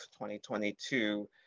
2022